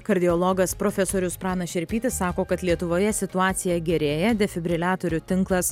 kardiologas profesorius pranas šerpytis sako kad lietuvoje situacija gerėja defibriliatorių tinklas